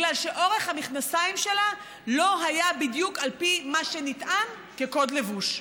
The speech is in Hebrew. בגלל שאורך המכנסיים שלה לא היה בדיוק על פי מה שנטען כקוד לבוש?